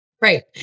right